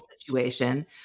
situation